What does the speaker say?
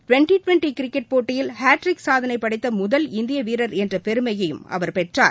twenty twenty cricket போட்டியில் hat trick சாதனை படைத்த முதல் இந்திய வீரர் என்ற பெருமையையும் அவர் பெற்றார்